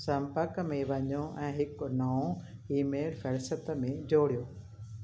संपर्क में वञो ऐं हिकु नओं ई मेल फ़हिरिस्त में जोड़ियो